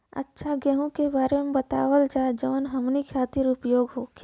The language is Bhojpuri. अच्छा गेहूँ के बारे में बतावल जाजवन हमनी ख़ातिर उपयोगी होखे?